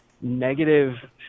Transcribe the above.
negative